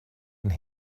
and